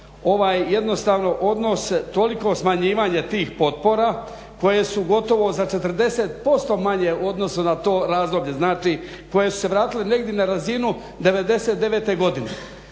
ovaj jednostavno odnos toliko smanjivanje tih potpora koje su gotovo za 40% manje u odnosu na to razdoblje, znači koje su se vratile negdje na razinu '99. godine.